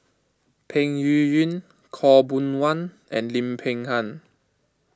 Peng Yuyun Khaw Boon Wan and Lim Peng Han